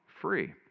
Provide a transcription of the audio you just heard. free